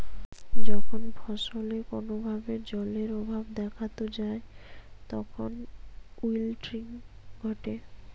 যখন ফসলে কোনো ভাবে জলের অভাব দেখাত যায় তখন উইল্টিং ঘটে